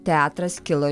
teatras kilo